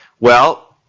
well,